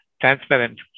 transparent